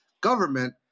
government